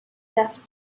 deft